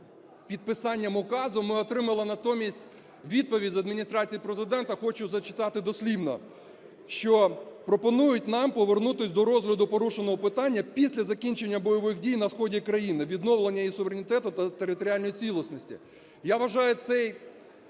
підписанням указу, ми отримали натомість відповідь з Адміністрації Президента. Хочу зачитати дослівно, що пропонують нам: "Повернутися до розгляду порушеного питання після закінчення бойових дій на сході країни, відновлення її суверенітету та територіальної цілісності". Я вважаю це